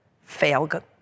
fail